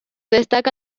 destaca